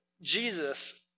Jesus